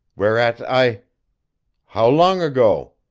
whereat i how long ago?